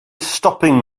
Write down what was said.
stopping